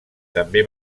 també